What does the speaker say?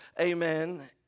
amen